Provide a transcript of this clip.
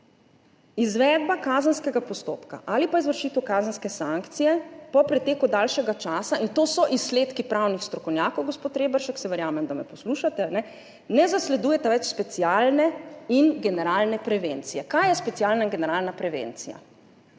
Izvedba kazenskega postopka ali pa izvršitev kazenske sankcije po preteku daljšega časa – in to so izsledki pravnih strokovnjakov, gospod Reberšek, saj verjamem, da me poslušate – ne zasledujeta več specialne in generalne prevencije. Kaj je specialna in generalna prevencija?